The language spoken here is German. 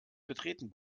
betreten